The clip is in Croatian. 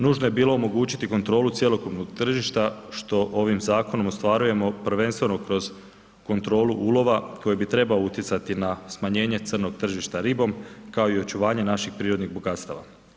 Nužno je bilo omogućiti kontrolu cjelokupnog tržišta što ovim zakonom ostvarujemo prvenstveno kroz kontrolu ulova koji bi trebao utjecati na smanjenje crnog tržišta ribom, kao i očuvanje naših prirodnih bogatstava.